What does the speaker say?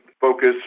focus